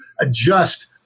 adjust